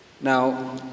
Now